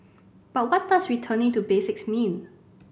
but what does returning to basics mean